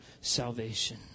salvation